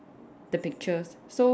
the pictures so